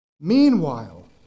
Meanwhile